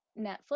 Netflix